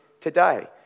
today